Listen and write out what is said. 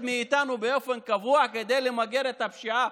מאיתנו באופן קבוע כדי למגר את הפשיעה.